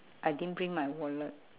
I didn't bring my wallet